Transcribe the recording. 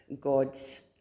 God's